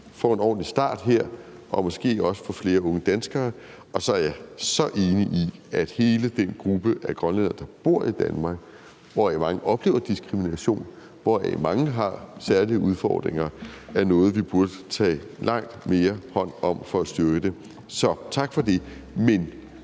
får en ordentlig start her, og måske også når det drejer sig om flere unge danskere. Så er jeg så enig i, at hele den gruppe af grønlændere, der bor i Danmark, hvoraf mange oplever diskrimination, og hvoraf mange har særlige udfordringer, er noget, som vi burde tage langt mere hånd om for at støtte. Så tak for det. Men